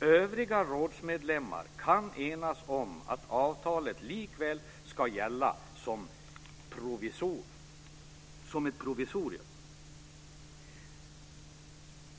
övriga rådsmedlemmar kan enas om att avtalet likväl ska gälla som ett provisorium.